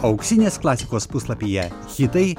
auksinės klasikos puslapyje hitai